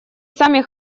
сами